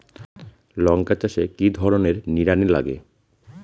লঙ্কা চাষে কি ধরনের নিড়ানি লাগে?